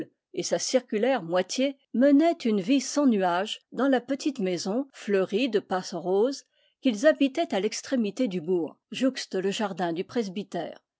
et sa circulaire moitié menaient une vie sans nuages dans la petite maison fleurie de passe roses qu'il habitaient à l'extrémité du bourg jouxte le jardin du presbytère